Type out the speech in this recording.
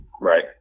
Right